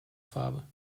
farbe